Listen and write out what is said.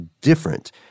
different